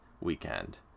weekend